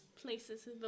places